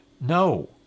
no